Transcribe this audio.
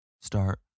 start